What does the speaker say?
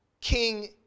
King